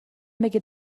بگین